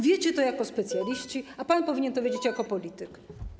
Wiecie to jako specjaliści, a pan powinien to wiedzieć jako polityk.